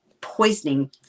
poisoning